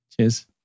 Cheers